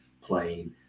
playing